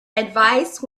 advice